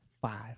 Five